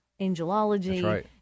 angelology